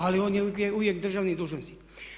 Ali on je uvijek državni dužnosnik.